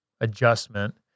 adjustment